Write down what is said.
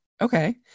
Okay